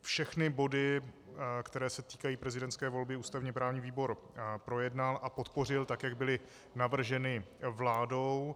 Všechny body, které se týkají prezidentské volby, ústavněprávní výbor projednal a podpořil tak, jak byly navrženy vládou.